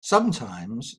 sometimes